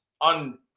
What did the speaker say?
on